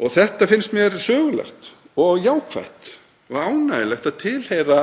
Þetta finnst mér sögulegt og jákvætt og ánægjulegt að tilheyra